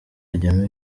hajyamo